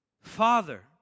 Father